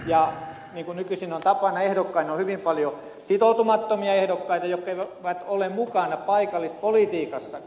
ja niin kuin nykyisin on tapana ehdokkaina on hyvin paljon sitoutumattomia ehdokkaita jotka eivät ole mukana paikallispolitiikassakaan